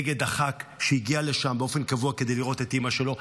נגד הח"כ שהגיע לשם באופן קבוע כדי לראות את אימא שלו.